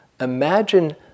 Imagine